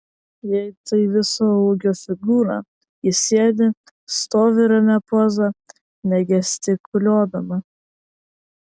jei tai viso ūgio figūra ji sėdi stovi ramia poza negestikuliuodama